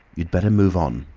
you'd better move on,